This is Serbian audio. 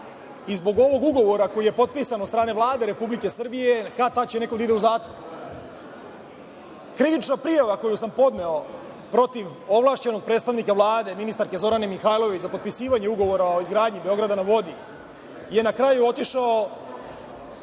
i zbog ovog ugovora koji je potpisan od strane Vlade Republike Srbije kad tad će neko da ide u zatvor. Krivična prijava koju sam podneo protiv ovlašćenog predstavnika Vlade, ministarke Zorane Mihajlović, za potpisivanje Ugovora o izgradnji „Beograda na vodi“, je na kraju otišao